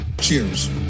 cheers